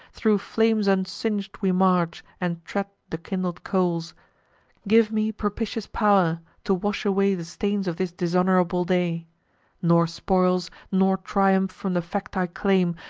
thro' flames unsing'd we march, and tread the kindled coals give me, propitious pow'r, to wash away the stains of this dishonorable day nor spoils, nor triumph, from the fact i claim,